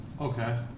Okay